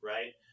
Right